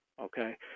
Okay